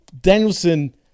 danielson